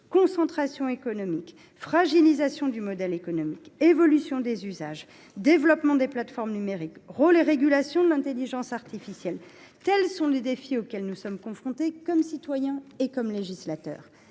concentration économique, fragilisation du modèle économique, évolution des usages, développement des plateformes numériques, rôle et régulation de l’intelligence artificielle : tels sont les défis auxquels nous sommes confrontés en tant que citoyens et en tant que législateurs